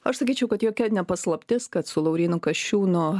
aš sakyčiau kad jokia ne paslaptis kad su laurynu kasčiūnu